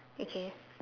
okay